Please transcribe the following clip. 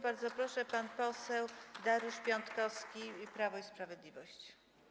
Bardzo proszę, pan poseł Dariusz Piontkowski, Prawo i Sprawiedliwość.